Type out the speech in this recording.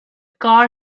car